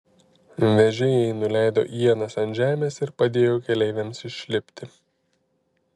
vežėjai nuleido ienas ant žemės ir padėjo keleiviams išlipti